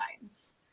times